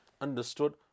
understood